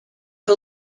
for